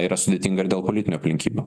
yra sudėtinga ir dėl politinių aplinkybių